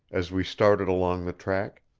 as we started along the track.